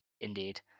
Indeed